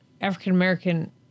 African-American